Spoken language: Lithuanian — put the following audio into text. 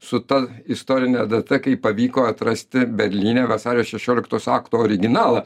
su ta istorine data kai pavyko atrasti berlyne vasario šešioliktos akto originalą